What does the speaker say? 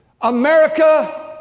America